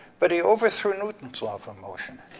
but he overthrew newton's law for motion.